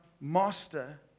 master